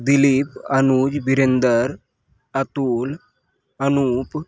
Dilip Anuj Virender Atul Anoop